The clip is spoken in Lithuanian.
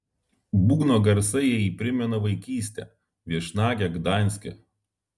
būgno garsai jai primena vaikystę viešnagę gdanske